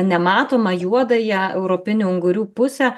nematomą juodąją europinių ungurių pusę